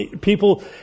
people